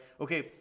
okay